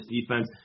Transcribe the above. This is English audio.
defense